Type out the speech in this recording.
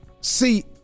See